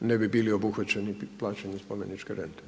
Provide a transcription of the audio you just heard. ne bi bili obuhvaćeni plaćanjem spomeničke rente?